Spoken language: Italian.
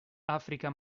africa